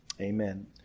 Amen